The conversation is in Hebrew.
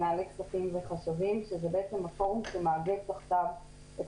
מנהלי כספים וחשבים שהוא הפורום שמאגד תחתיו את